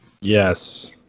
yes